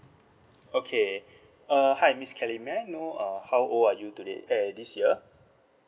okay uh hi miss kelly may I know uh how old are you today eh this year